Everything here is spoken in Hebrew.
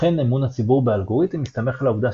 לכן אמון הציבור באלגוריתם מסתמך על העובדה